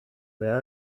where